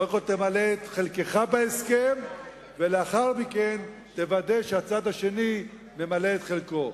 קודם כול תמלא את חלקך בהסכם ולאחר מכן תוודא שהצד השני ממלא את חלקו.